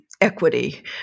equity